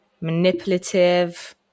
manipulative